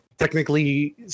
technically